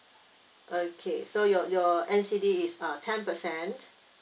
okay so your your N_C_D is uh ten per cent